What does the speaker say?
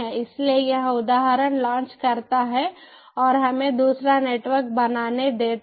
इसलिए यह उदाहरण लॉन्च करता है और हमें दूसरा नेटवर्क बनाने देता है